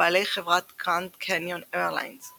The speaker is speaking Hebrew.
ובעלי חברת גרנד קניון איירליינס .